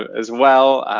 as well!